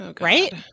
right